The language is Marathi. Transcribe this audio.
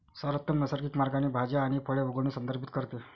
सर्वोत्तम नैसर्गिक मार्गाने भाज्या आणि फळे उगवणे संदर्भित करते